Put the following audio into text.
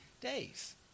days